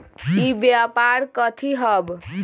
ई व्यापार कथी हव?